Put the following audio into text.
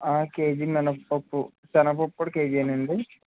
KG మినపప్పు సెనగపప్పు కూడా కేజీ ఏనా అండి